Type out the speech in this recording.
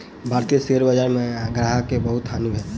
भारतीय शेयर बजार में ग्राहक के बहुत हानि भेल